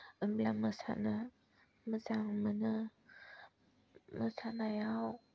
होमब्ला मोसानो मोजां मोनो मोसानायाव